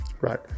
Right